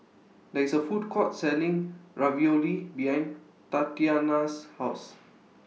There IS A Food Court Selling Ravioli behind Tatyanna's House